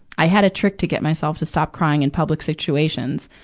i had a trick to get myself to stop crying in public situations.